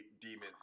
demons